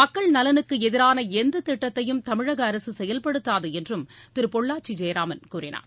மக்கள் நலனுக்கு எதிரான எந்த திட்டத்தையும் தமிழக அரசு செயல்படுத்தாது என்றும் திரு பொள்ளாச்சி ஜெயராமன் கூறினார்